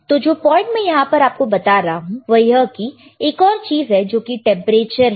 तो जो पॉइंट में यहां पर आपको बता रहा हूं वह यह कि एक और चीज है जो कि टेंपरेचर है